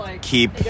keep